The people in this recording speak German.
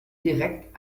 direkt